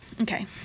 okay